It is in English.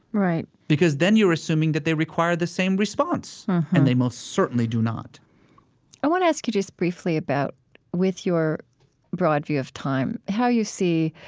right because then you're assuming that they require the same response mm-hmm and they most certainly do not i want to ask you just briefly about with your broad view of time, how you see,